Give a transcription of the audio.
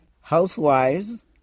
Housewives